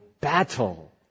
battle